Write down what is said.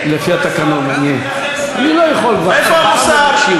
איפה המוסר?